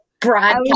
broadcast